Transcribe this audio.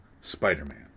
Spider-Man